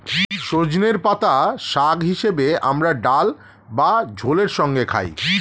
সজনের পাতা শাক হিসেবে আমরা ডাল বা ঝোলের সঙ্গে খাই